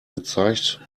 gezeigt